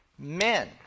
Men